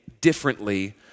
differently